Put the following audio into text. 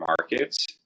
markets